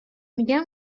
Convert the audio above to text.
میگم